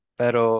pero